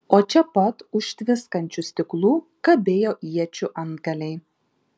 o čia pat už tviskančių stiklų kabėjo iečių antgaliai